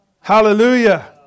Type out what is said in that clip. Hallelujah